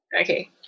Okay